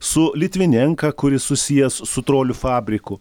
su litvinenka kuris susijęs su trolių fabriku